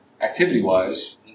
activity-wise